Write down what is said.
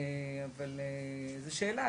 אבל זאת שאלה.